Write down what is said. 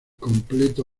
completo